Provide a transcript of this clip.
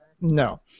No